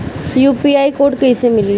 UPI code कैसे मिली?